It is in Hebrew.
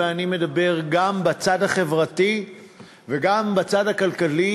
ואני מדבר גם על הצד החברתי וגם על הצד הכלכלי,